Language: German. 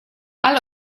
all